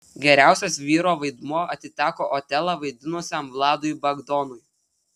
geriausias vyro vaidmuo atiteko otelą vaidinusiam vladui bagdonui